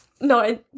No